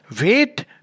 Wait